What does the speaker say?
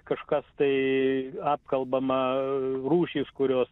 kažkas tai apkalbama rūšys kurios